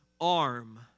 arm